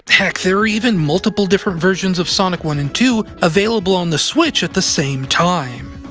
heck, there are even multiple different versions of sonic one and two available on the switch at the same time.